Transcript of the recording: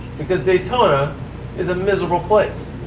because daytona is a miserable place.